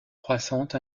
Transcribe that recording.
croissante